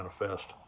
manifest